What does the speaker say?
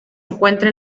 encuentra